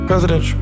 President